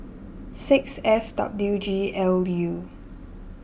six F W G L U